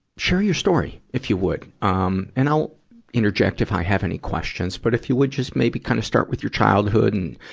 share your story, if you would. um and i'll interject if i have any questions. but if you would, just maybe kind of start with your childhood and,